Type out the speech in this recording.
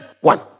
one